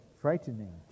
frightening